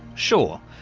sure,